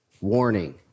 warning